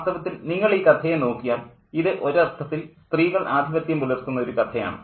വാസ്തവത്തിൽ നിങ്ങൾ ഈ കഥയെ നോക്കിയാൽ ഇത് ഒരർത്ഥത്തിൽ സ്ത്രീകൾ ആധിപത്യം പുലർത്തുന്ന ഒരു കഥയാണ്